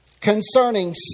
concerning